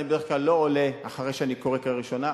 אני בדרך כלל לא עולה אחרי שאני קורא לקריאה ראשונה,